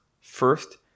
First